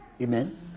amen